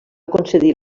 concedir